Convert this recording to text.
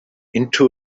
into